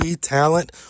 talent